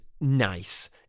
nice